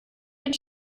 den